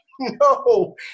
No